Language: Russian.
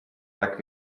так